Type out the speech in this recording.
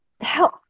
help